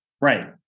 Right